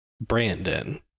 Brandon